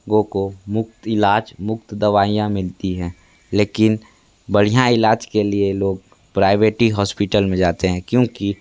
गो को मुक्त इलाज मुक्त दवाइयाँ मिलती हैं लेकिन बाढ़ियाँ इलाज के लिए लोग प्राइवेट ही हॉस्पिटल में जाते हैं क्यूोंकि